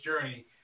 journey